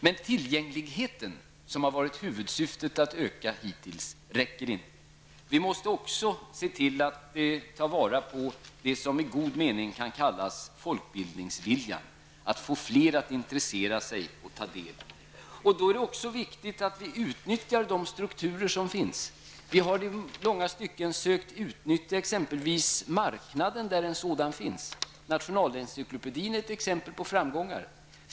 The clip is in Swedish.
Men tillgängligheten, som det hittills har varit huvudsyfte att öka, räcker inte. Vi måste också se till att ta vara på det som i god mening kan kallas folkbildningsviljan, att få fler att intressera sig och ta del. Då är det också viktigt att vi utnyttjar de strukturer som finns. Vi har i långa stycken sökt utnyttja exempelvis marknaden, där en sådan finns. Nationalencyklopedin är ett exempel på framgångar på det området.